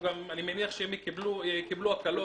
אני מניח שהם קיבלו הקלות,